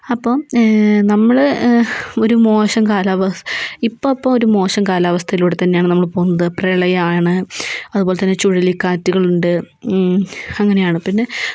അപ്പം നമ്മള് ഒരു മോശം കാലാവസ്ഥ ഇപ്പംഇപ്പം ഒരു മോശം കാലാവസ്ഥയിലൂടെ തന്നെയാണ് നമ്മള് പോകുന്നത് പ്രളയമാണ് അതുപോലെ തന്നെ ചുഴലി കാറ്റുകൾ ഉണ്ട് അങ്ങനെയാണ്